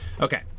Okay